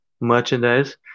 merchandise